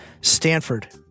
stanford